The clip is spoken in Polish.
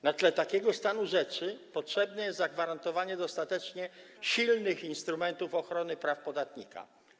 Na tle takiego stanu rzeczy potrzebne jest zagwarantowanie dostatecznie silnych instrumentów ochrony praw podatnika.